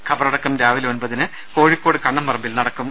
ഖബറടക്കം രാവിലെ ഒൻപതിന് കോഴിക്കോട് കണ്ണംപറമ്പിൽ നടക്കും